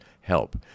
help